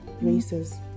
races